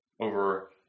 over